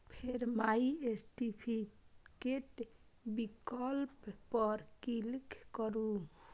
फेर माइ सर्टिफिकेट विकल्प पर क्लिक करू